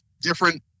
different